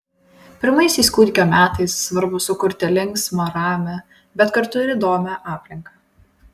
pirmaisiais kūdikio metais svarbu sukurti linksmą ramią bet kartu ir įdomią aplinką